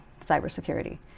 cybersecurity